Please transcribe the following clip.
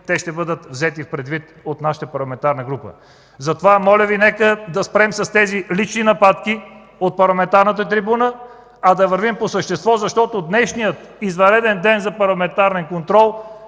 те ще бъдат взети предвид от нашата парламентарна група. Затова, моля Ви, нека спрем с тези лични нападки от парламентарната трибуна, а да вървим по същество, защото в днешният извънреден ден за парламентарен контрол